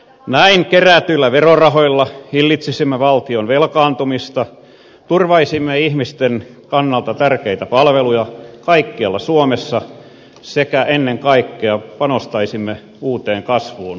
näin kerätyillä verorahoilla hillitsisimme valtion velkaantumista turvaisimme ihmisten kannalta tärkeitä palveluja kaikkialla suomessa sekä ennen kaikkea panostaisimme uuteen kasvuun ja työllisyyteen